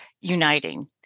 uniting